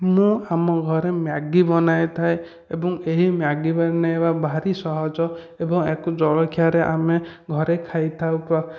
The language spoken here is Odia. ମୁଁ ଆମ ଘରେ ମ୍ୟାଗି ବନେଇଥାଏ ଏବଂ ଏହି ମ୍ୟାଗି ବନେଇବା ଭାରି ସହଜ ଏବଂ ଆକୁ ଜଳଖିଆରେ ଆମେ ଘରେ ଖାଇଥାଉ ତ